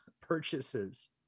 purchases